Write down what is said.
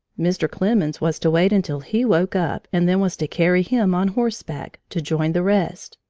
mr. clemens was to wait until he woke up and then was to carry him on horseback, to join the rest.